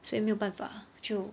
所以没有办法就